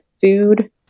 food